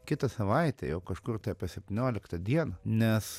kitą savaitę jau kažkur apie septynioliktą dieną nes